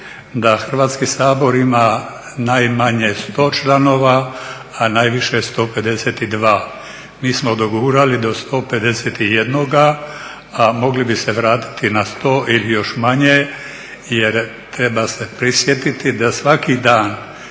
da Hrvatski sabor ima najmanje 100 članova, a najviše 152. MI smo dogurali do 151, a mogli bi se vratiti na 100 ili još manje jer treba se prisjetiti da svaki dan